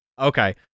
okay